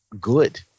good